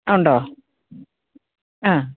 ഉണ്ടോ ആ